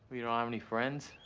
what, you don't have any friends?